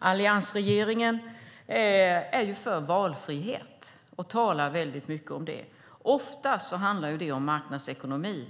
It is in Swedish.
Alliansregeringen är för valfrihet och talar mycket om det. Ofta handlar det om marknadsekonomi,